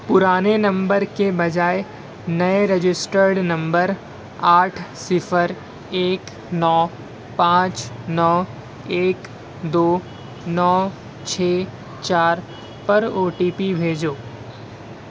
پرانے نمبر کے بجائے نئے رجسٹرڈ نمبر آٹھ صفر ایک نو پانچ نو ایک دو نو چھ چار پر او ٹی پی بھیجو